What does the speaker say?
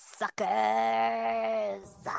suckers